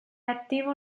attiva